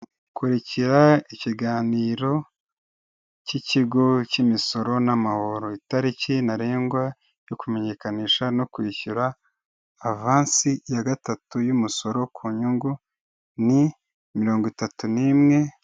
Kurikira ikiganiro cy'Ikigo cy'imisoro n'amahoro itariki ntarengwa yo kumenyekanisha no kwishyura avansi ya 3 y'umusoro ku nyungu ni 31 (..)